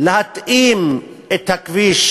להתאים את הכביש